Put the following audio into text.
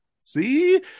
see